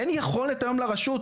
אין יכולת היום לרשות,